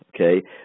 okay